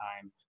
time